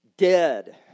dead